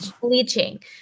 bleaching